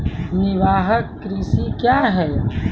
निवाहक कृषि क्या हैं?